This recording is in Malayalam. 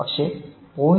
പക്ഷേ 0